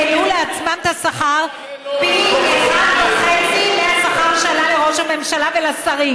העלו לעצמם את השכר פי אחד וחצי מהשכר שהיה לראש הממשלה ולשרים.